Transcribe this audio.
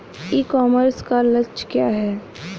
ई commerce का लक्ष्य क्या है?